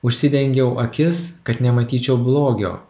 užsidengiau akis kad nematyčiau blogio